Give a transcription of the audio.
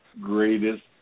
greatest